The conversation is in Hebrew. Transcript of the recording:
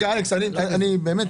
עד עכשיו